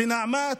בנעמת,